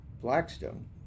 Blackstone